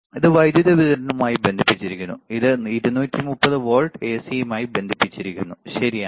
ഇത് വൈദ്യുതി വിതരണവുമായി ബന്ധിപ്പിച്ചിരിക്കുന്നു ഇത് 230 വോൾട്ട് എസിയുമായി ബന്ധിപ്പിച്ചിരിക്കുന്നു ശരിയാണ്